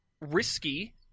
risky